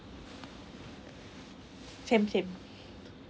same same